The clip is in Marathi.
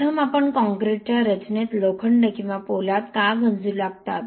प्रथम आपण काँक्रीटच्या रचनेत लोखंड किंवा पोलाद का गंजू लागतात